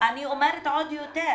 אני אומרת עוד יותר: